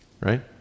right